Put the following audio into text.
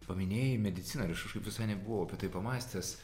paminėjai mediciną ir aš kažkaip visai nebuvau apie tai pamąstęs